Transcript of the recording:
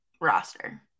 roster